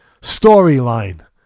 Storyline